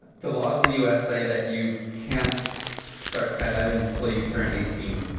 the laws in the usa that you can't start skydiving until you turn eighteen?